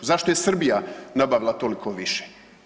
Zašto je Srbija nabavila toliko više?